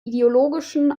ideologischen